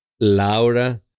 Laura